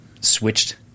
switched